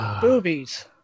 Boobies